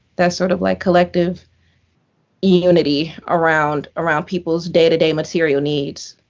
that sort of like collective unity around around people's day-to-day material needs.